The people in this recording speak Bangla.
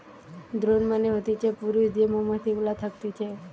দ্রোন মানে হতিছে পুরুষ যে মৌমাছি গুলা থকতিছে